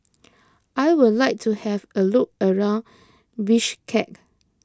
I would like to have a look around Bishkek